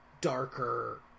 darker